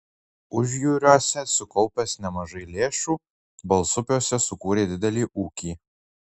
užjūriuose sukaupęs nemažai lėšų balsupiuose sukūrė didelį ūkį